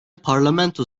parlamento